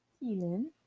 healing